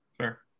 Sure